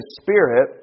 spirit